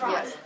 Yes